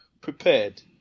prepared